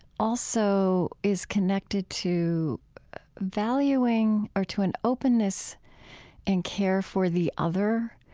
also is connected to valuing or to an openness and care for the other,